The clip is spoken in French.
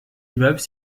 immeubles